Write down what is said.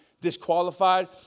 disqualified